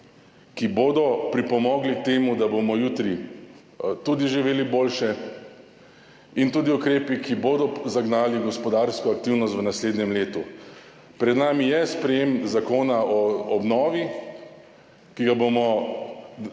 ki bodo pripomogli k temu, da bomo jutri tudi živeli boljše, in tudi ukrepi, ki bodo zagnali gospodarsko aktivnost v naslednjem letu. Pred nami je sprejetje zakona o obnovi, ki ga bomo